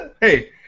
Hey